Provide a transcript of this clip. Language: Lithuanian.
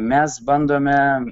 mes bandome